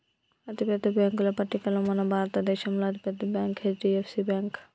అతిపెద్ద బ్యేంకుల పట్టికలో మన భారతదేశంలో అతి పెద్ద బ్యాంక్ హెచ్.డి.ఎఫ్.సి బ్యేంకు